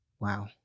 wow